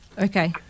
Okay